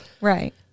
Right